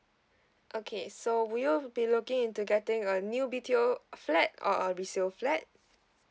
okay so would you be looking into getting a new B_T_O flat or a resale flat